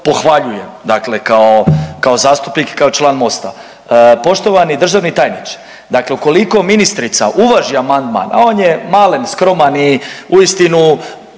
pohvaljujem, dakle kao zastupnik i kao član MOST-a. Poštovani državni tajniče, dakle ukoliko ministrica uvaži amandman a on je malen, skroman i uistinu